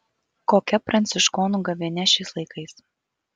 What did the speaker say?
kokia pranciškonų gavėnia šiais laikais